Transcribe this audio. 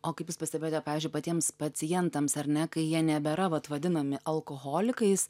o kaip jūs pastebėjote pavyzdžiui patiems pacientams ar ne kai jie nebėra vat vadinami alkoholikais